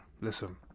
Listen